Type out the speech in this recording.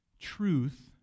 Truth